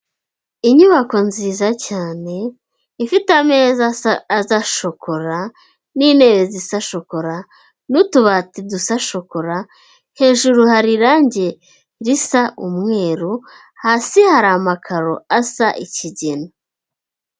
Inyubako nziza cyane ifite ameza asa shokora, n'intebe zisa shokora, n'utubati dusa shokora, hejuru hari irange risa umweru, hasi hari amakaro asa ikigina.